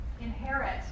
inherit